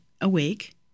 awake